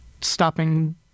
stopping